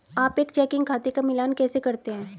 आप एक चेकिंग खाते का मिलान कैसे करते हैं?